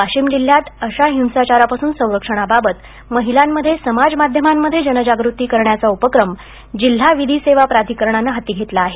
वाशिम जिल्ह्यात अशा हिंसाचारापासून संरक्षणाबाबत महिलांमध्ये समाज माध्यमांद्वारे जनजागृती करण्याचा उपक्रम जिल्हा विधी सेवा प्राधिकरणने हाती घेतला आहे